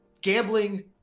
gambling